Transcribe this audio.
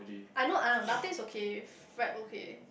I know uh latte is okay frappe is okay